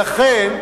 לכן,